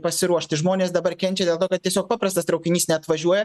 pasiruošti žmonės dabar kenčia dėl to kad tiesiog paprastas traukinys neatvažiuoja